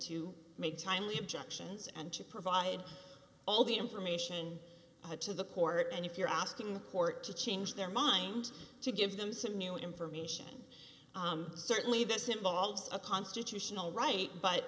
to make timely objections and to provide all the information i had to the court and if you're asking the court to change their mind to give them some new information certainly this involves a constitutional right but